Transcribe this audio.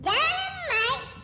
Dynamite